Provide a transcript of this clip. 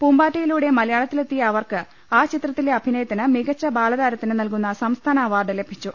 പൂമ്പാറ്റയി ലൂടെ മലയാളത്തിലെത്തിയ അവർക്ക് ആ ചിത്രത്തിലെ അഭി നയത്തിന് മികച്ച ബാലതാരത്തിന് നൽകുന്ന സംസ്ഥാന അവാർഡ് ലഭിച്ചു